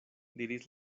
diris